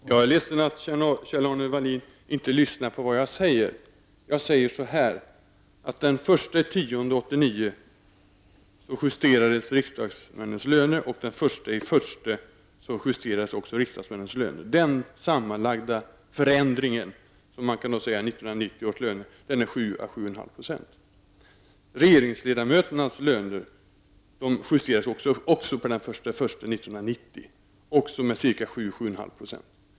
Herr talman! Jag är ledsen att Kjell-Arne Welin inte lyssnar på vad jag säger. Jag säger att riksdagsledamöternas löner justerades den 1 Den 1 januari 1990 justerades även regeringsledamöternas löner med 7--7,5 %.